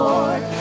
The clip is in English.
Lord